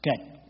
Okay